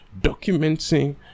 documenting